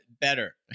better